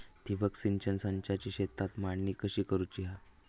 ठिबक सिंचन संचाची शेतात मांडणी कशी करुची हा?